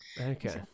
Okay